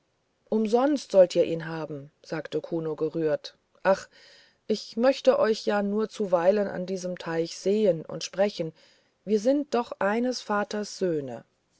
umsonst sollt ihr ihn haben sagte kuno gerührt ach ich möchte euch ja nur zuweilen an diesem teich sehen und sprechen sind wir doch eines vaters söhne